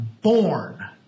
born